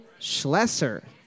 Schlesser